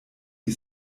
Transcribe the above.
die